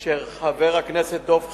של חבר הכנסת דב חנין,